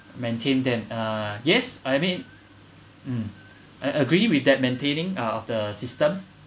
maintain them uh yes I mean mm I agree with that maintaining uh of the system